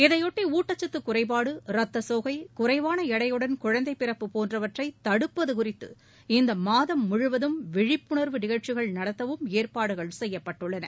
இதையொட்டி ஊட்டச்சத்து குறைபாடு ரத்த கோகை குறைவாள எடையுடன் குழந்தை பிறப்பு போன்றவற்றை தடுப்பது குறித்து இந்த மாதம் முழுவதும் விழிப்புணர்வு நிகழ்ச்சிகள் நடத்தவும் ஏற்பாடுகள் செய்யப்பட்டுள்ளன